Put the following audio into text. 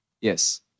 yes